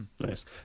Nice